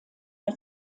der